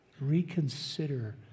Reconsider